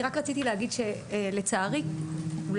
אני רק רציתי להגיד שלצערי אולי,